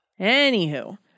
Anywho